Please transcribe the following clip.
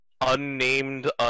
unnamed